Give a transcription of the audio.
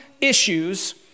issues